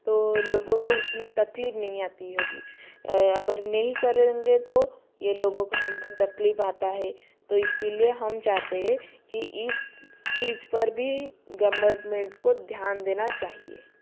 तो लोगों को इतनी तकलीफ़ नहीं आती होगी अगर नहीं करेंगे तो ये लोगों को हम को तकलीफ़ आता है तो इसी लिए हम चाहते है कि इस चीज़ पर भी गमर्नमेंट को ध्यान देना चाहिये